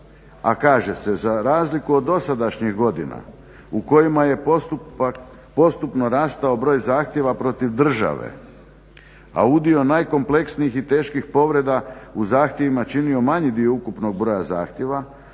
a kaže se za razliku od dosadašnjih godina u kojima je postupno rastao broj zahtjeva protiv države, a udio najkompleksnijih i teških povreda u zahtjevima činio manji dio ukupnog broja zahtjeva,